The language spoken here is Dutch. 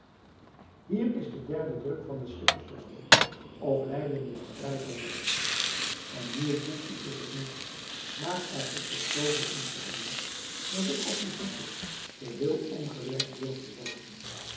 hier is de derde druk van de schippersjongen of leiden in strijd en nood een nieuw boekje is het niet maar er is toch z veel in veranderd dat ik op den titel geheel omgewerkt durfde zetten